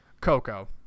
Coco